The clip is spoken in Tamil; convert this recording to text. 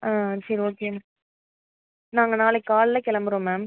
ஆ சரி ஓகே நாங்கள் நாளைக்கு காலைல கிளம்புறோம் மேம்